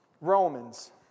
Romans